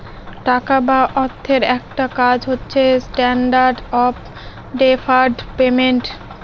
টাকা বা অর্থের একটা কাজ হচ্ছে স্ট্যান্ডার্ড অফ ডেফার্ড পেমেন্ট